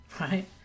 Right